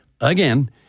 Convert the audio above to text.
again